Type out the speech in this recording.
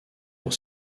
pour